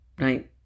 right